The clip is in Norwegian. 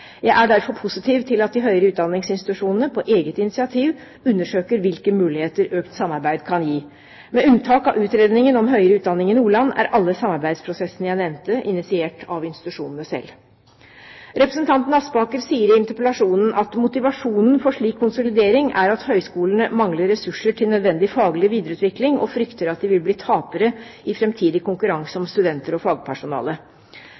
Jeg er derfor positiv til at de høyere utdanningsinstitusjonene på eget initiativ undersøker hvilke muligheter økt samarbeid kan gi. Med unntak av utredningen om høyere utdanning i Nordland er alle samarbeidsprosessene jeg nevnte, initiert av institusjonene selv. Representanten Aspaker sier i interpellasjonen: «Motivasjonen for slik konsolidering er at høyskolene mangler ressurser til nødvendig faglig videreutvikling og frykter at de vil bli tapere i fremtidig konkurranse